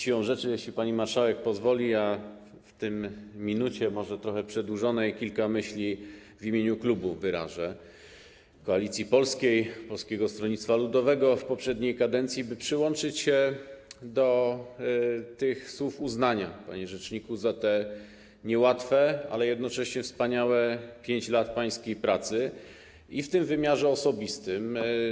Siłą rzeczy, jeśli pani marszałek pozwoli, w tej może trochę przedłużonej minucie wyrażę kilka myśli w imieniu klubu Koalicji Polskiej, Polskiego Stronnictwa Ludowego w poprzedniej kadencji, by przyłączyć się do tych słów uznania, panie rzeczniku, za te niełatwe, ale jednocześnie wspaniałe 5 lat pańskiej pracy i ten wymiar osobisty.